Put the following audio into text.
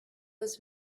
was